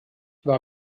war